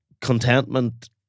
contentment